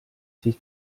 siis